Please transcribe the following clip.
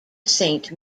saint